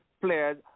players